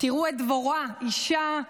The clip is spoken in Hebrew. ראו את דבורה, אישה אדוקה.